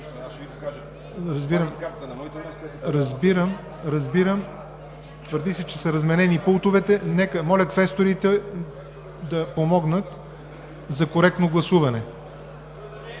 проблем. Разбирам, твърди се, че са разменени пултовете. Моля квесторите, да помогнат за коректно гласуване.